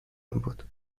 بود